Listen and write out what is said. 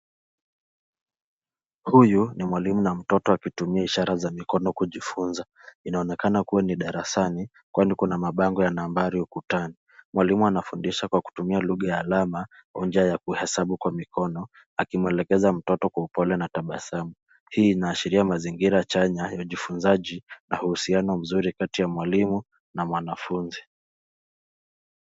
Huyu ni mwalimu na mtoto wakitumia ishara za mkono kujifunza inaonekana kua ni darasani kwani kuna mabango ya nambari ukutani mwali anafundisha kwa kutumia lugha ya alama hoja ya kuhesabu kwa mikono akimwelekeza mtoto kwa upole na tabasamu hii inaashiria mazingira chanya ya ujifunzaji na uhusiano mzuri kati ya mwalimu na mwanafunzi.